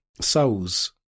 souls